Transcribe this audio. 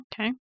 okay